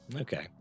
Okay